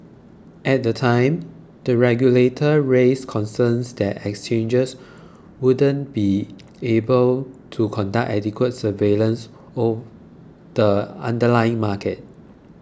at the time the regulator raised concerns that exchanges wouldn't be able to conduct adequate surveillance of the underlying market